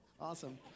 awesome